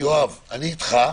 יואב, אני אתך.